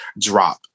drop